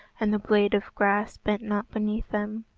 and the blade of grass bent not beneath them,